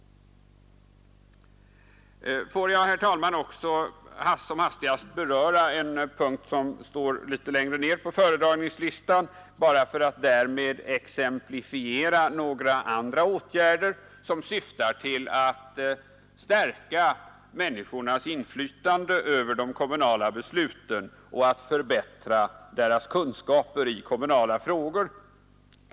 Får jag, herr talman, också som hastigast beröra en punkt som står litet längre ned på föredragningslistan bara för att därmed exemplifiera några andra åtgärder som syftar till att stärka människornas inflytande över de kommunala besluten och förbättra deras kunskaper i kommunala frågor.